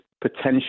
potential